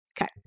Okay